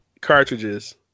cartridges